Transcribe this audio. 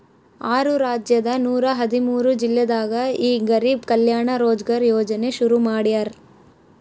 ಆರು ರಾಜ್ಯದ ನೂರ ಹದಿಮೂರು ಜಿಲ್ಲೆದಾಗ ಈ ಗರಿಬ್ ಕಲ್ಯಾಣ ರೋಜ್ಗರ್ ಯೋಜನೆ ಶುರು ಮಾಡ್ಯಾರ್